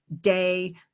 day